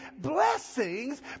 blessings